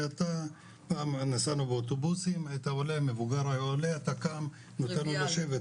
פעם נסענו באוטובוסים ומבוגר היה עולה ואתה קם נותן לו לשבת,